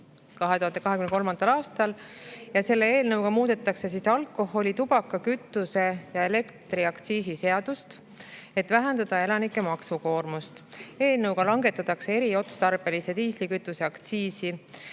2023. aastal. Selle eelnõuga muudetakse alkoholi-, tubaka-, kütuse- ja elektriaktsiisi seadust, et vähendada elanike maksukoormust. Eelnõuga langetataks eriotstarbelise diislikütuse aktsiisi.